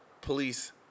police